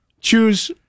choose